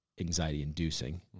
anxiety-inducing